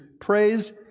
praise